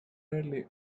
early